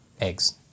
eggs